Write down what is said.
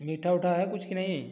मीठा ओठा है कुछ कि नहीं